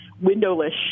windowless